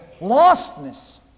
lostness